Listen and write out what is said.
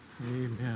amen